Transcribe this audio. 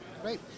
Great